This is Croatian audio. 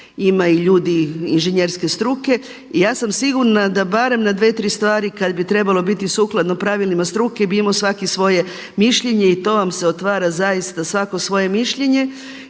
Ima ljudi inženjerske struke. I ja sam sigurna da barem na dve, tri stvari kad bi trebalo biti sukladno pravilima struke bi imao svaki svoje mišljenje i to vam se otvara zaista svako svoje mišljenje